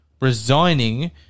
resigning